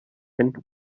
and